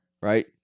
right